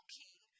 king